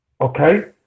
okay